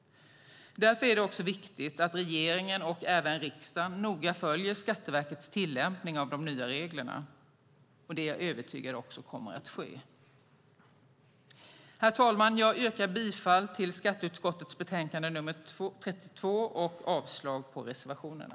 Därför är det viktigt att regeringen och även riksdagen noga följer Skatteverkets tillämpning av de nya reglerna. Jag är övertygad om att det också kommer att ske. Herr talman! Jag yrkar bifall till förslaget i skatteutskottets betänkande nr 32 och avslag på reservationerna.